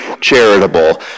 charitable